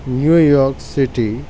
New York City